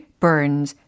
burns